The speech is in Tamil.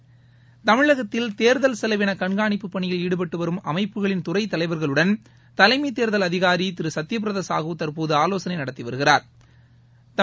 தமிழகத்தில் தேர்தல் செலவினகண்கானிப்பு பணியில் ஈடுபடும் அமைப்புகளின் துறைதலைவர்களுடன் தலைமைத் தேர்தல் அதிகாரிதிருசத்தியபிரதாசாஹூ தற்போதுஆலோசனைநடத்திவருகிறாா்